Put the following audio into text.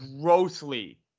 grossly